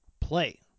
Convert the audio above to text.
play